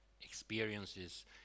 experiences